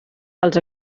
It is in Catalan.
els